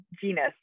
genus